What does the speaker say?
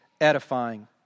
edifying